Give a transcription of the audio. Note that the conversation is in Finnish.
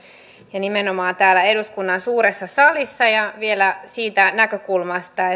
ja nimenomaan täällä eduskunnan suuressa salissa ja vielä siitä näkökulmasta